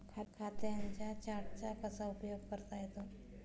खात्यांच्या चार्टचा कसा उपयोग करता येतो?